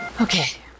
okay